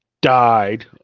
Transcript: died